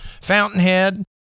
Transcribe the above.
Fountainhead